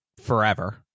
forever